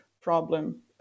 problem